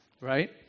right